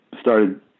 started